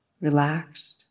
relaxed